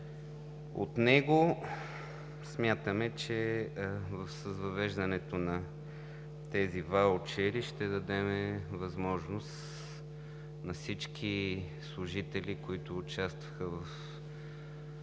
от него. Смятаме, че с въвеждането на тези ваучери ще дадем възможност на всички служители, които участваха в